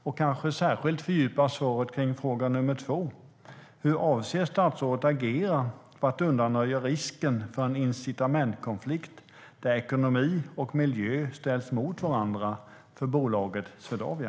Kan statsrådet särskilt fördjupa svaret på fråga 2: Hur avser statsrådet att agera för att undanröja risken för en incitamentkonflikt där ekonomi och miljö ställs mot varandra för bolaget Swedavia?